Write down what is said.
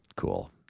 cool